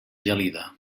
gelida